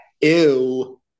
ew